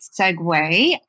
segue